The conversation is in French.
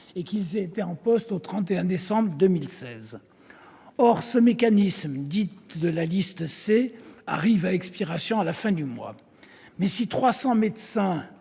et qu'ils aient été en poste au 31 décembre 2016. Or ce mécanisme, dit de la « liste C », arrive à expiration à la fin du mois. Mais si 300 médecins,